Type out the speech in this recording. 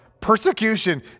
persecution